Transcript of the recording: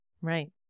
right